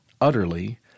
utterly